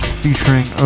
featuring